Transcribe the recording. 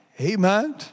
Amen